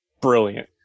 brilliant